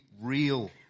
real